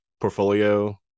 portfolio